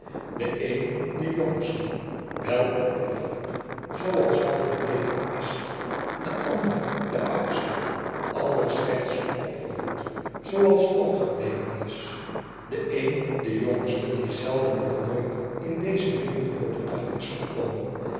de een de jbngste welopgevoed zooals wel gebleken is de ander de oudste allerslechtst opgevoed zooals ook gebleken is de een de jongste die zelderi of nooit in deze dingen voor den dag is gekomen